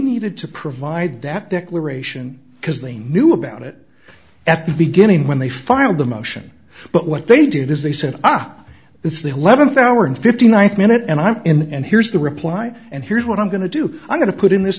needed to provide that declaration because they knew about it at the beginning when they filed the motion but what they did is they said ah this is the eleventh hour and fifty ninth minute and i'm and here's the reply and here's what i'm going to do i'm going to put in this